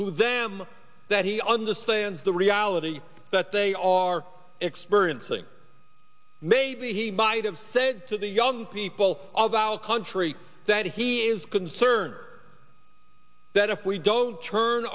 to them that he understands the reality that they are experiencing maybe he might have said to the young people of our country that he is concerned that if we don't turn